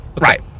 Right